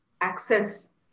access